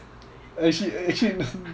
actually actually